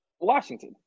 Washington